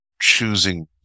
choosing